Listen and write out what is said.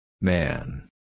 Man